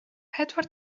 pedwar